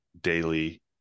daily